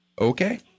Okay